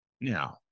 Now